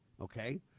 okay